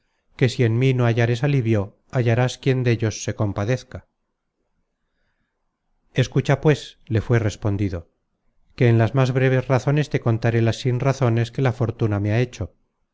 que si en mí no hallares alivio hallarás quien dellos se compadezca escucha pues le fué respondido que en las más breves razones te contaré las sinrazones que la fortuna me ha hecho